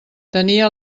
tenia